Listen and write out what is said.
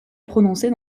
prononcer